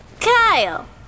Kyle